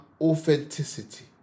authenticity